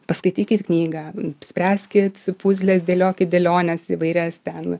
paskaitykit knygą spręskit puzles dėliokit dėliones įvairias ten